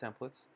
templates